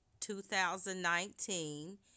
2019